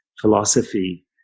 philosophy